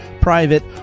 private